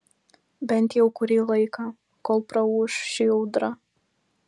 bent jau kurį laiką kol praūš ši audra